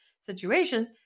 situations